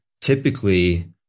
typically